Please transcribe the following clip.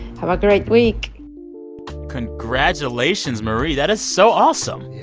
have a great week congratulations, marie. that is so awesome.